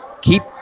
keep